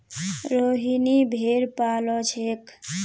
रोहिनी भेड़ पा ल छेक